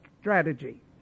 strategy